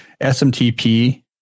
smtp